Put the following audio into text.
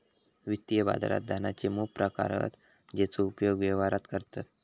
वित्तीय बाजारात धनाचे मोप प्रकार हत जेचो उपयोग व्यवहारात करतत